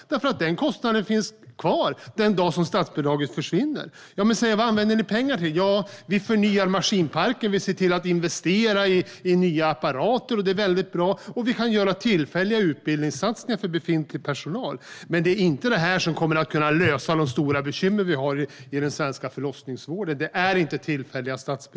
Den kostnaden finns kvar den dag statsbidraget försvinner. Då undrar jag vad de använder pengarna till. De säger att de förnyar maskinparken, investerar i nya apparater och gör tillfälliga utbildningssatsningar för befintlig personal. Men det är inte tillfälliga statsbidrag som kommer att lösa de stora bekymren i den svenska förlossningsvården.